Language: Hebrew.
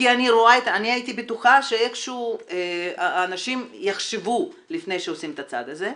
אני הייתי בטוחה שאיכשהו אנשים יחשבו לפני שעושים את הצעד הזה,